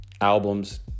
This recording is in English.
albums